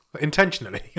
Intentionally